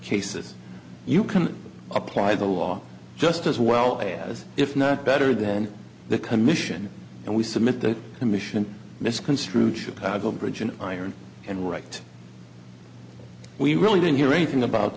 cases you can apply the law just as well as if not better than the commission and we submit the commission misconstrued chicago bridge and iron and right we really didn't hear anything about